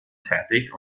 tätig